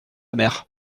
mère